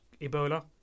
Ebola